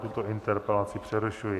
Tuto interpelaci přerušuji.